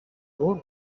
old